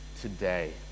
today